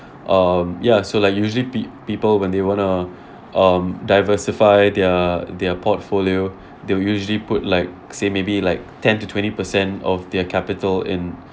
um ya so like usually peo~ people when they want to um diversify their their portfolio they'll usually put like say maybe like ten to twenty percent of their capital in